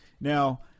Now